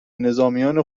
نظامیان